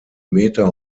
meter